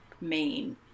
main